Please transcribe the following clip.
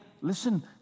listen